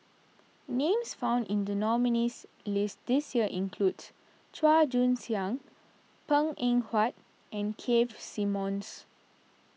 names found in the nominees' list this year include Chua Joon Siang Png Eng Huat and Keith Simmons